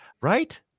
Right